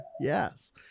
Yes